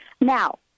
Now